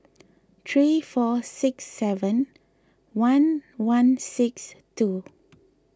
three four six seven one one six two